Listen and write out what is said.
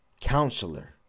Counselor